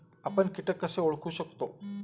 आपण कीटक कसे ओळखू शकतो?